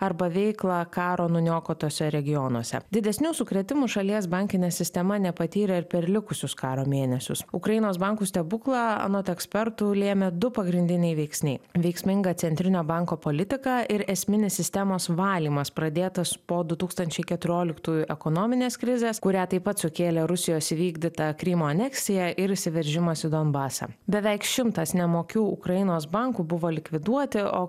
arba veiklą karo nuniokotuose regionuose didesnių sukrėtimų šalies bankinė sistema nepatyrė ir per likusius karo mėnesius ukrainos bankų stebuklą anot ekspertų lėmė du pagrindiniai veiksniai veiksminga centrinio banko politika ir esminis sistemos valymas pradėtas po du tūkstančiai keturioliktųjų ekonominės krizės kurią taip pat sukėlė rusijos įvykdyta krymo aneksija ir įsiveržimas į donbasą beveik šimtas nemokių ukrainos bankų buvo likviduoti o